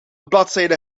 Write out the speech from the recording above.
bladzijde